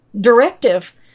directive